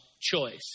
choice